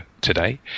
today